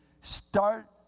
start